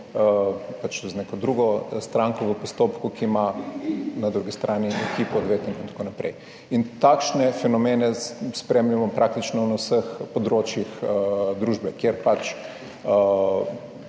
pač z neko drugo stranko v postopku, ki ima na drugi strani ekipo odvetnikov itn. In takšne fenomene spremljamo praktično na vseh področjih družbe, kjer pač